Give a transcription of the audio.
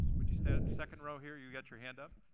would you stand up? second row here, you've got your hand up.